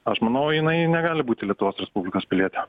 aš manau jinai negali būti lietuvos respublikos piliete